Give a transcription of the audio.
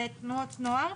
ותנועות נוער,